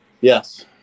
Yes